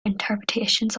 interpretations